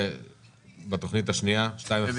ובתוכנית השנייה, 202?